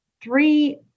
three